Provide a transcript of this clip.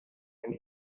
and